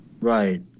Right